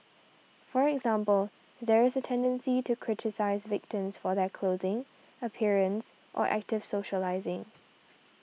for example there is a tendency to criticise victims for their clothing appearance or active socialising